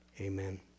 Amen